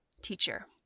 teacher